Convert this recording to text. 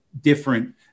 different